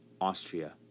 Austria